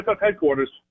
headquarters